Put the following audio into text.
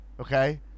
Okay